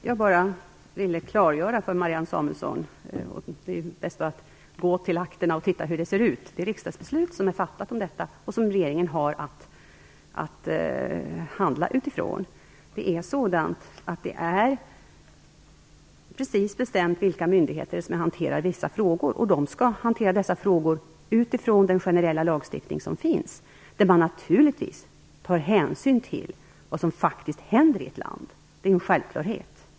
Fru talman! Jag ville bara klargöra saken för Marianne Samuelsson. Det är bäst att gå till akterna och se hur riksdagsbeslutet om detta, som regeringen har att handla utifrån, ser ut. Det är precis bestämt vilka myndigheter som skall hantera vissa frågor, och frågorna skall hanteras utifrån de generella lagar som finns. I dessa tas naturligtvis hänsyn till vad som sker i ett land; det är en självklarhet.